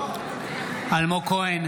נגד אלמוג כהן,